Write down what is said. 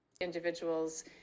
Individuals